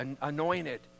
anointed